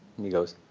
and he goes,